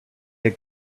had